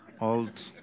old